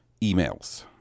emails